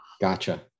Gotcha